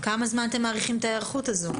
כמה זמן אתם מעריכים את ההיערכות הזו?